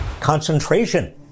concentration